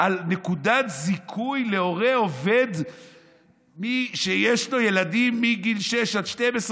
על נקודת זיכוי להורה עובד שיש לו ילדים מגיל 6 עד 12,